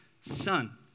son